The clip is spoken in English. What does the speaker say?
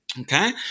Okay